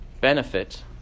benefit